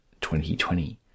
2020